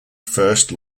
first